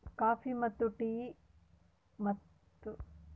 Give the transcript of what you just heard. Coffee ಮತ್ತು tea ಮತ್ತು ಇತರ ತೋಟಗಾರಿಕೆ ಬೆಳೆಗಳನ್ನು ಬೆಳೆಯಲು ಯಾವ ವಿಧದ ಮಣ್ಣು ಹೆಚ್ಚು ಉಪಯುಕ್ತ?